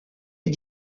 est